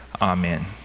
Amen